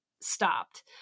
stopped